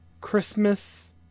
Christmas